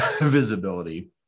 visibility